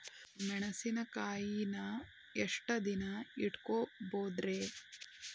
ಮೆಣಸಿನಕಾಯಿನಾ ಎಷ್ಟ ದಿನ ಇಟ್ಕೋಬೊದ್ರೇ?